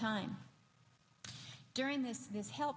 time during this this help